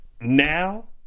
now